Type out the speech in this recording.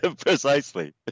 precisely